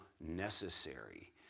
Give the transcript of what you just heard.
necessary